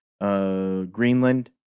Greenland